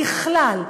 ככלל,